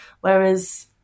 Whereas